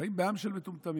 חיים בעם של מטומטמים.